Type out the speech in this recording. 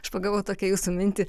aš pagavau tokia jūsų mintį